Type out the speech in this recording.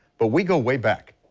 but we go way back.